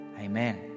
Amen